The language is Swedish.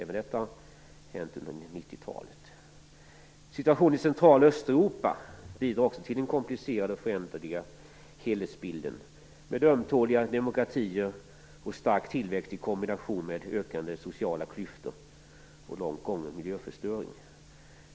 Även detta har hänt under Situationen i Central och Östeuropa bidrar också till den komplicerade och föränderliga helhetsbilden med ömtåliga demokratier och stark tillväxt i kombination med ökande sociala klyftor och långt gången miljöförstöring.